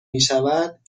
میشود